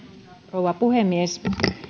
rouva puhemies